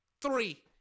Three